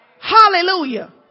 Hallelujah